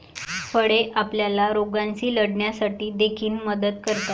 फळे आपल्याला रोगांशी लढण्यासाठी देखील मदत करतात